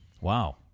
wow